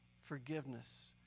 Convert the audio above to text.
forgiveness